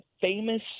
famous –